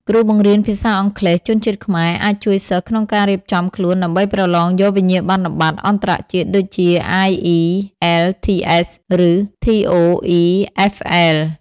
គ្រូបង្រៀនភាសាអង់គ្លេសជនជាតិខ្មែរអាចជួយសិស្សក្នុងការរៀបចំខ្លួនដើម្បីប្រឡងយកវិញ្ញាបនបត្រអន្តរជាតិដូចជា IELTS ឬ TOEFL។